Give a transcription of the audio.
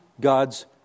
God's